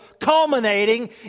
culminating